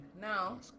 Now